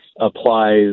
applies